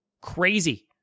Crazy